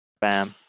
bam